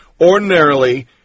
Ordinarily